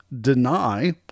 deny